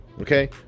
okay